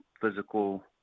physical